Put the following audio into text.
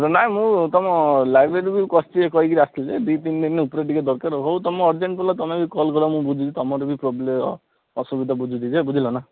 ନାହିଁ ମୁଁ ତମ ଲାଇବ୍ରେରୀରୁ ବି କରିକିରି ଆସିଥିଲି ଯେ ଦୁଇ ତିନି ଦିନି ଉପରେ ଟିକେ ଦରକାରେ ହଉ ତମେ ଅରଜେଣ୍ଟ୍ ବୋଲ ତମେ ବି କଲ୍ କଲ ମୁଁ ବୁଝିଛି ତମର ବି ଅସୁବିଧା ବୁଝୁଛି ଯେ ବୁଝିଲନା